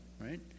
right